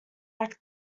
act